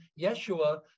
Yeshua